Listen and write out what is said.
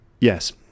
Yes